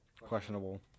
Questionable